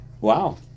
Wow